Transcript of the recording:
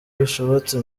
bishobotse